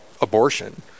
abortion